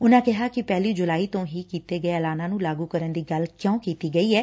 ਉਨਾਂ ਕਿਹਾ ਕਿ ਪਹਿਲੀ ਜੁਲਾਈ ਤੋਂ ਹੀ ਕੀਤੇ ਗਏ ਐਲਾਨਾਂ ਨੂੰ ਲਾਗੁ ਕਰਨ ਦੀ ਗੱਲ ਕਿਉਂ ਕੀਤੀ ਗਈ ਐ